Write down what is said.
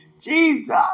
Jesus